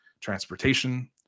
transportation